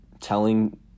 telling